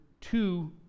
two